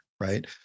Right